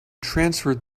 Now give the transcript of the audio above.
transferred